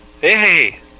Hey